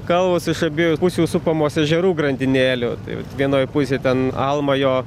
kalvos iš abiejų pusių supamos ežerų grandinėlių tai vienoj pusėj ten almajo